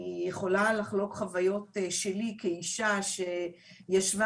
אני יכולה לחלוק חוויות שלי כאישה שישבה